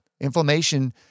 Inflammation